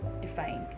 defined